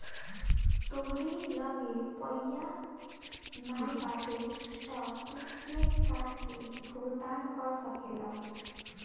तोहरी लगे पइया नाइ बाटे तअ तू चेक काट के भुगतान कर सकेला